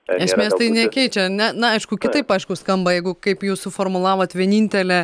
esmės tai nekeičia ar ne na aišku kitaip aišku skamba jeigu kaip jūs suformulavot vienintelė